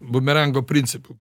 bumerango principu